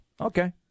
Okay